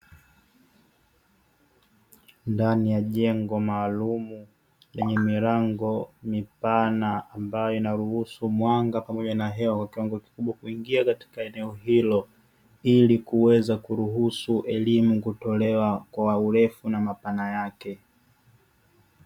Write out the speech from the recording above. Ndani ya jengo maalumu lenye milango mipana ambayo inaruhusu mwanga pamoja na hewa kwa kiwango kikubwa kuingia katika eneo hilo, ili kuweza kuruhusu elimu kutolewa kwa urefu na mapana yake.